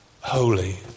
holy